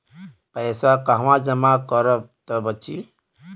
पैसा कहवा जमा करब त बची?